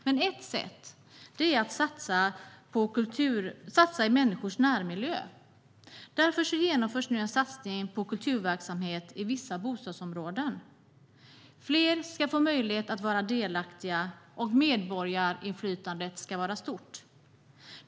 Men ett sätt är att satsa i människors närmiljö. Därför genomförs nu en satsning på kulturverksamhet i vissa bostadsområden. Fler ska få vara delaktiga, och medborgarinflytandet ska vara stort.